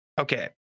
okay